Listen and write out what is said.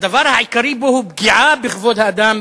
שהדבר העיקרי בו הוא פגיעה בכבוד האדם,